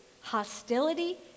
hostility